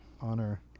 honor